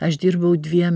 aš dirbau dviem